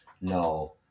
no